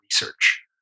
research